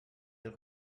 del